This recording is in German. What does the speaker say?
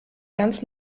ganz